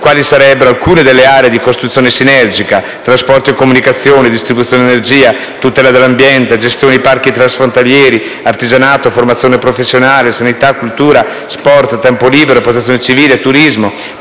quali sarebbero alcune delle aree di costruzione sinergica: trasporti e comunicazioni, distribuzione dell'energia, tutela dell'ambiente, gestione di parchi transfrontalieri, artigianato, formazione professionale, sanità, cultura, sport, tempo libero, protezione civile, turismo,